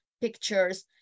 pictures